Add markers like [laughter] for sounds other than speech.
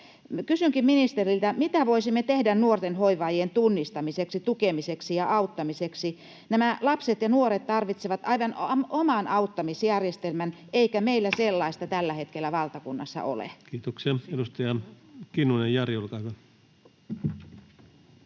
Kysynkin ministeriltä: mitä voisimme tehdä nuorten hoivaajien tunnistamiseksi, tukemiseksi ja auttamiseksi? Nämä lapset ja nuoret tarvitsevat aivan oman auttamisjärjestelmän, eikä meillä [noise] sellaista tällä hetkellä valtakunnassa ole. Kiitoksia. — Edustaja Kinnunen, Jari, olkaa hyvä.